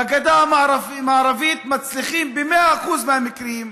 בגדה המערבית מצליחים ב-100% מהמקרים.